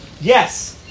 Yes